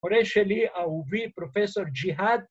‫פורש שלי, אהובי פרופ' ג'יהאד.